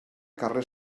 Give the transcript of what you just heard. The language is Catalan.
carrer